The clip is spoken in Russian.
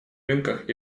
рынках